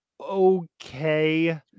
okay